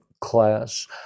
class